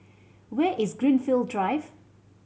where is Greenfield Drive